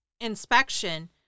inspection